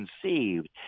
conceived